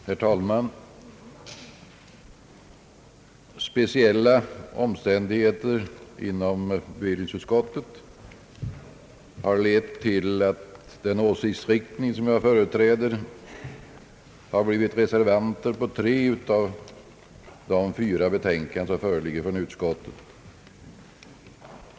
Herr talman! Speciella omständigheter inom bevillningsutskottet har lett till att den åsiktsriktning som jag företräder står för reservationen i tre av de fyra betänkanden som i dag föreligger från bevillningsutskottet.